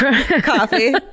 coffee